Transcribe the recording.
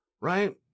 Right